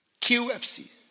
QFC